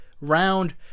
round